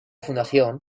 fundación